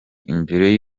imbere